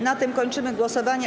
Na tym kończymy głosowania.